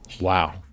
Wow